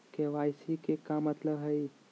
KYC के का मतलब हई?